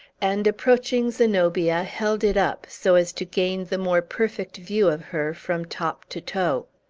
and approaching zenobia held it up, so as to gain the more perfect view of her, from top to toe.